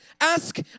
Ask